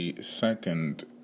second